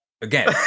again